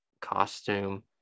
costume